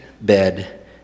bed